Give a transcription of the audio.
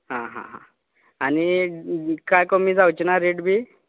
हां हां हां आनी का कमी जावचे ना रेट बी